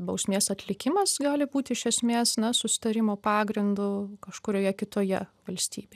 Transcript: bausmės atlikimas gali būti iš esmės na susitarimo pagrindu kažkurioje kitoje valstybė